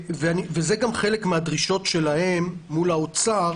זה גם חלק מהדרישות שלהם מול האוצר